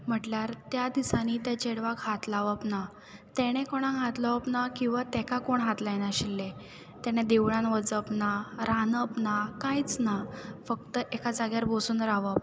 म्हटल्यार त्या दिसांनी त्या चेडवाक हात लावप ना तेणें कोणाक हात लावप ना किंवां तेका कोण हात लाय नाशिल्ले तेन्ना देवळान वचप ना रांदप ना कांयच ना फक्त एका जाग्यार बसून रावप